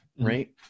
right